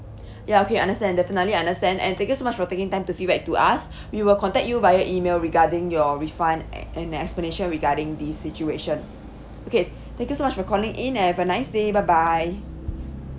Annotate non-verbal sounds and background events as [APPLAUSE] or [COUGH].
ya okay understand definitely understand and thank you so much for taking time to feedback to us [BREATH] we will contact you via email regarding your refund and an explanation regarding the situation okay thank you so much for calling in and have a nice day bye bye